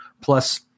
Plus